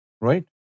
Right